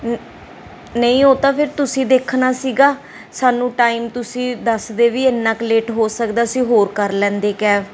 ਨ ਨਹੀਂ ਹੋ ਤਾਂ ਫਿਰ ਤੁਸੀਂ ਦੇਖਣਾ ਸੀਗਾ ਸਾਨੂੰ ਟਾਈਮ ਤੁਸੀਂ ਦੱਸ ਦੇ ਵੀ ਇੰਨਾ ਕ ਲੇਟ ਹੋ ਸਕਦਾ ਸੀ ਹੋਰ ਕਰ ਲੈਂਦੇ ਕੈਬ